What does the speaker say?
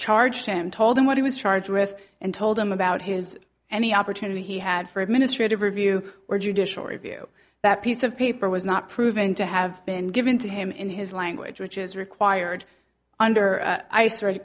charged him told him what he was charged with and told him about his and the opportunity he had for administrative review were judicial review that piece of paper was not proven to have been given to him in his language which is required under